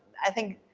i think,